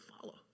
follow